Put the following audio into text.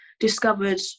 discovered